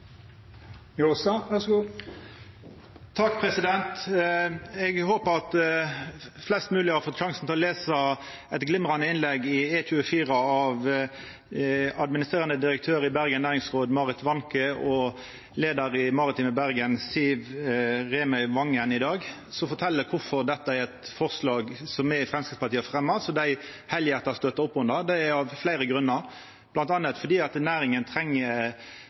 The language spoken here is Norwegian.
Eg håper at flest mogleg har fått sjansen til å lesa eit glimrande innlegg av administrerande direktør Marit Warncke i Bergens Næringsråd og leiar Siv Remøy-Vangen i Maritime Bergen i E24 i dag, som fortel kvifor dette forslaget som me i Framstegspartiet har fremja, er eit forslag dei heilhjarta støttar opp om. Det er av fleire grunnar, bl.a. at næringa treng